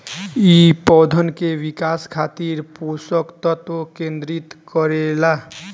इ पौधन के विकास खातिर पोषक तत्व केंद्रित करे ला